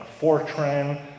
Fortran